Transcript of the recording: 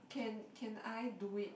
can can I do it